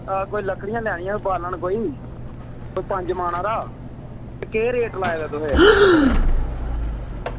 कोई लकड़ियां लैनियां हियां बालन कोई कोई पंज मन हारा ते केह् रेट लाए दा तुसें